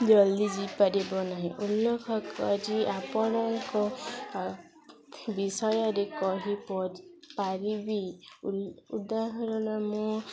ଜଲ୍ଦି ଜି ପାରିବ ନାହିଁ ଉଲ୍ଲେଖ କରି ଆପଣଙ୍କ ବିଷୟରେ କହି ପରି ପାରିବି ଉଦାହରଣ ମୁଁ